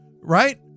Right